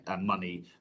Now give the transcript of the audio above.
money